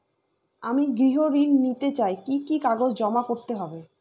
আমি গৃহ ঋণ নিতে চাই কি কি কাগজ জমা করতে হবে?